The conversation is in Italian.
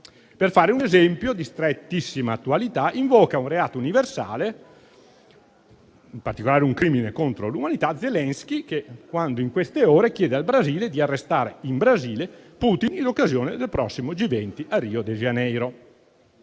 Per fare un esempio di strettissima attualità, invoca un reato universale, in particolare un crimine contro l'umanità, Zelenskij, quando in queste ore chiede al Brasile di arrestare in Brasile Putin, in occasione del prossimo G20 a Rio de Janeiro.